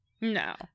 No